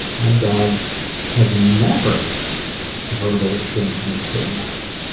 my dogs have never verbally shamed me for a nap.